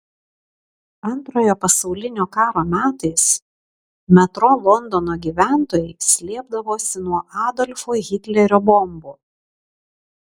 antrojo pasaulinio karo metais metro londono gyventojai slėpdavosi nuo adolfo hitlerio bombų